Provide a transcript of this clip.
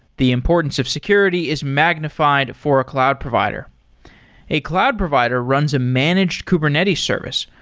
the importance of security is magnified for a cloud provider a cloud provider runs a managed kubernetes service,